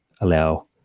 allow